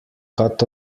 cut